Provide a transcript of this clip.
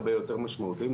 הרבה יותר משמעותיים.